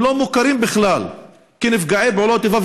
הם לא מוכרים בכלל כנפגעי פעולות איבה,